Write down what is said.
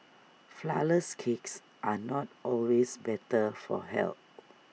Flourless Cakes are not always better for health